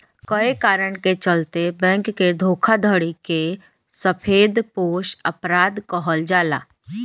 कए कारण के चलते बैंक के धोखाधड़ी के सफेदपोश अपराध कहल जाला